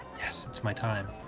yes. it's my time